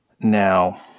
Now